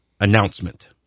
announcement